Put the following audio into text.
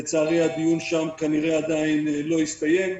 לצערי, הדיון שם כנראה עדיין לא הסתיים.